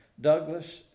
Douglas